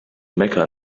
mecca